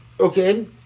Okay